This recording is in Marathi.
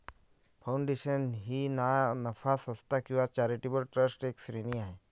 फाउंडेशन ही ना नफा संस्था किंवा चॅरिटेबल ट्रस्टची एक श्रेणी आहे